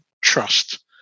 trust